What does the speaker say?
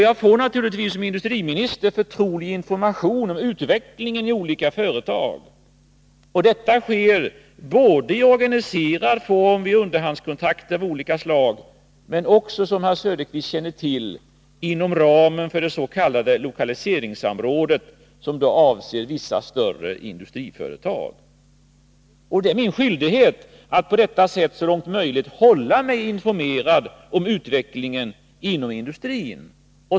Jag får naturligtvis som industriminister förtrolig information om utvecklingen i olika företag, och detta sker både i organiserad form — i underhandskontakter av olika slag — och, som herr Söderqvist känner till, inom ramen för det s.k. lokaliseringssamrådet, som avser vissa större Nr 128 industriföretag. Måndagen den Det är min skyldighet att på detta sätt så långt möjligt hålla mig informerad 25 april 1983 om utvecklingen inom industrin.